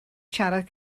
siarad